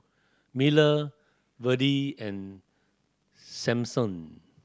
Miller Virdie and Sampson